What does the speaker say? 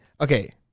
okay